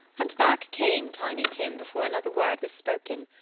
and back came tiny tim before another word was spoken,